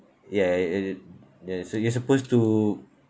ya and it ya so you're supposed to